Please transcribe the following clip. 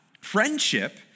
friendship